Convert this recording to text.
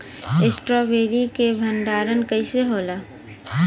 Strawberry के भंडारन कइसे होला?